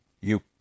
You